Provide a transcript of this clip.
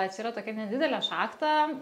čia yra tokia nedidelė šachta